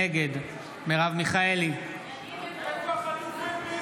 נגד איפה החטופים,